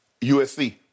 USC